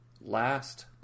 last